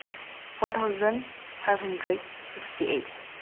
four thousand five hundred sixty eight